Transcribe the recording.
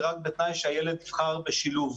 זה רק בתנאי שהילד יבחר בשילוב.